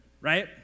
Right